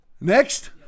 Next